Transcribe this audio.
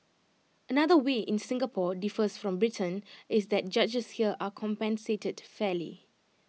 another way in Singapore differs from Britain is that judges here are compensated fairly